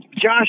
Josh